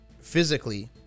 physically